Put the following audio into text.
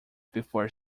before